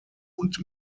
und